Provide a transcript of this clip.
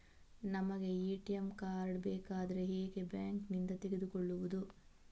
ನಮಗೆ ATM card ಬೇಕಾದ್ರೆ ಹೇಗೆ ಬ್ಯಾಂಕ್ ನಿಂದ ತೆಗೆದುಕೊಳ್ಳುವುದು?